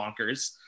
bonkers